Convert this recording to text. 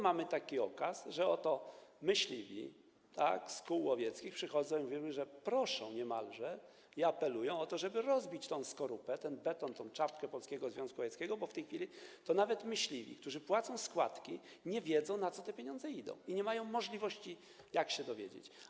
Mamy takie przypadki, że oto myśliwi z kół łowieckich przychodzą i proszą niemalże, apelują o to, żeby rozbić tę skorupę, ten beton, tę czapkę Polskiego Związku Łowieckiego, bo w tej chwili to nawet myśliwi, którzy płacą składki, nie wiedzą, na co te pieniądze idą, i nie mają możliwości się dowiedzieć.